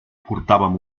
portàvem